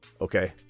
Okay